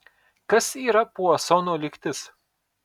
kas yra puasono lygtis